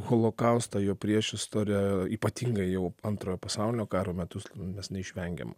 holokaustą jo priešistorę ypatingai jau antrojo pasaulinio karo metus mes neišvengiam